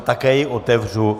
Také ji otevřu.